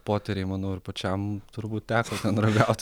potyriai manau ir pačiam turbūt teko ten ragauti